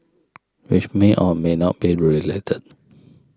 which may or may not be related